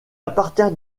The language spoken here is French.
appartient